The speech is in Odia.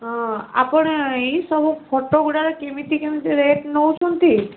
ହଁ ଆପଣ ଏଇ ସବୁ ଫଟୋ ଗୁଡ଼ାକ କେମିତି କେମିତି ରେଟ୍ ନଉଛନ୍ତି